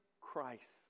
Christ